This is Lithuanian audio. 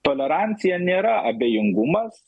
tolerancija nėra abejingumas